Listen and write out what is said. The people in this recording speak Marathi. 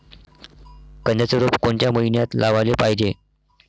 कांद्याचं रोप कोनच्या मइन्यात लावाले पायजे?